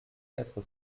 quatre